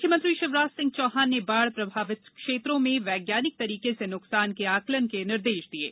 मुख्यमंत्री शिवराज सिंह चौहान ने बाढ़ प्रभावित क्षेत्रों में वैज्ञानिक तरीके से नुकसान के आंकलन के निर्देश दिये